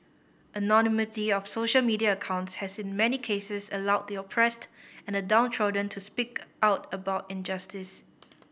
anonymity of social media accounts has in many cases allowed the oppressed and the downtrodden to speak out about injustice